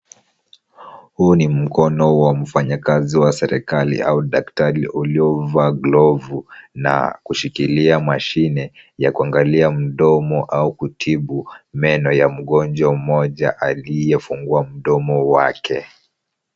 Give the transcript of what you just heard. Huu ni mkono wa mfanyakazi wa serikali au daktari waliovaa glovu na kushikilia mashine ya kuangalia mdomo au kutibu meno ya mgonjwa mmoja aliyefungua mdomo wake.